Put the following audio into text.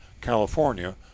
California